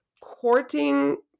courting